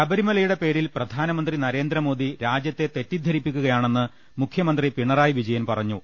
ശബരിമലയുടെ പേരിൽ പ്രധാനമന്ത്രി നരേന്ദ്രമോദി രാജ്യത്തെ തെറ്റിദ്ധരിപ്പിക്കുകയാണെന്ന് മുഖ്യമന്ത്രി പിണറായി വിജയൻ പറ ഞ്ഞു